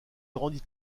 rendit